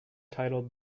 titled